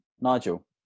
Nigel